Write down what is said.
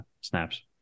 Snaps